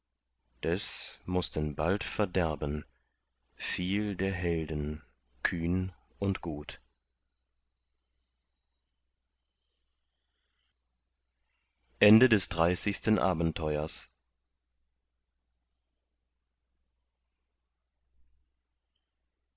des mußten bald verderben viel der helden kühn und gut einunddreißigstes abenteuer